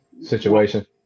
situation